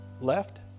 left